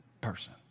person